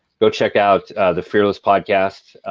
go check out the fearless podcast.